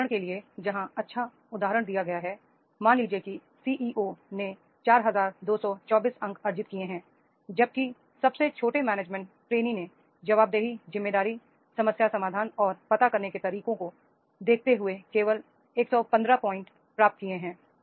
उदाहरण के लिए जहां अच्छा उदाहरण दिया गया है मान लीजिए कि सीईओ ने 4224 अंक अर्जित किए हैं जबकि सबसे छोटे मैनेजमेंट ट्रेनी ने जवाबदेही जिम्मेदारी समस्या समाधान और पता करने के तरीकों को देखते हुए केवल 115 हे अंक प्राप्त किए हैं